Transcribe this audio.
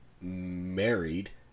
married